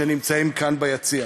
שנמצאים כאן ביציע.